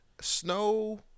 snow